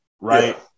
right